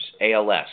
ALS